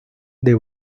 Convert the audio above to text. they